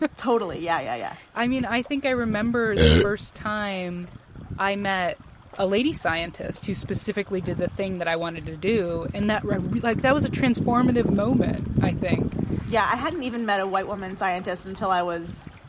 ah totally. yeah, yeah, yeah i mean, i think i remember the first time i met a lady scientist who specifically did the thing that i wanted to do, and that like, that was a transformative moment, i think yeah, i hadn't even met a white woman scientist until i was,